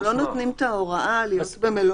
הם לא נותנים את ההוראה להיות במלונית.